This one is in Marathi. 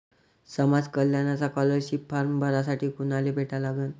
समाज कल्याणचा स्कॉलरशिप फारम भरासाठी कुनाले भेटा लागन?